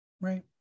right